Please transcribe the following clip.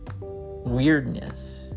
weirdness